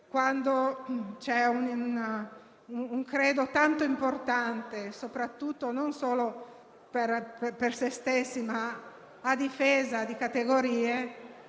quando c'è un credo tanto importante non solo per se stessi, ma anche a difesa di categorie,